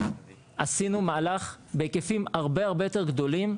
עשינו מהלך בהיקפים הרבה יותר גדולים,